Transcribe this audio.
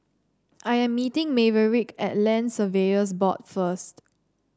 I am meeting Maverick at Land Surveyors Board first